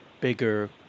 bigger